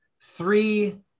three